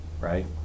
right